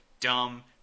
dumb